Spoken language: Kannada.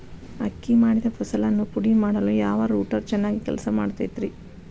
ಅಕ್ಕಿ ಮಾಡಿದ ಫಸಲನ್ನು ಪುಡಿಮಾಡಲು ಯಾವ ರೂಟರ್ ಚೆನ್ನಾಗಿ ಕೆಲಸ ಮಾಡತೈತ್ರಿ?